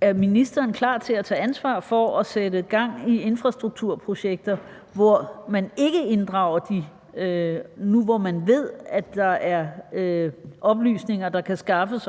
Er ministeren klar til at tage ansvar for at sætte gang i infrastrukturprojekter, hvor man ikke inddrager disse forhold, nu hvor man ved, at der er oplysninger om spørgsmålet, der kan skaffes?